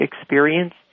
experience